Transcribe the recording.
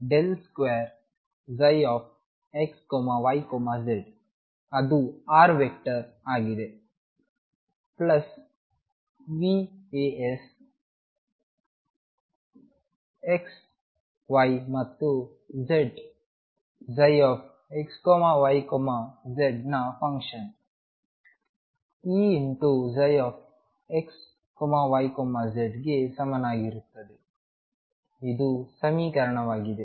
ಅದು r vector ಆಗಿದೆ plus Vas x y ಮತ್ತು z ψxyz ನ ಫಂಕ್ಷನ್ E ψxyz ಗೆ ಸಮಾನವಾಗಿರುತ್ತದೆ ಇದು ಸಮೀಕರಣವಾಗಿದೆ